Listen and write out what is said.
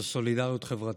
זה סולידריות חברתית.